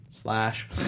Slash